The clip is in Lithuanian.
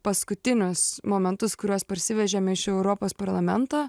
paskutinius momentus kuriuos parsivežėm iš europos parlamento